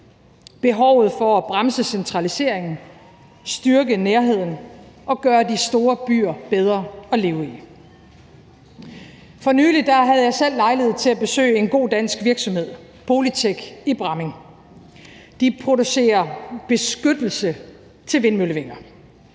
behovet for at bremse centraliseringen, styrke nærheden og gøre de store byer bedre at leve i. For nylig havde jeg selv lejlighed til at besøge en god dansk virksomhed, Polytech i Bramming. De producerer beskyttelse til vindmøllevinger.